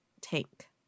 tank